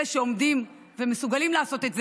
אלה שעומדים ומסוגלים לעשות את זה,